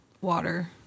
water